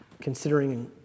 considering